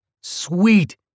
Sweet